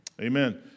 Amen